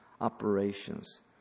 operations